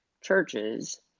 churches